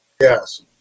Yes